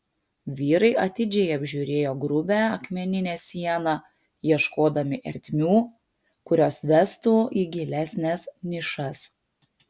vyrai atidžiai apžiūrėjo grubią akmeninę sieną ieškodami ertmių kurios vestų į gilesnes nišas